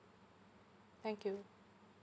thank you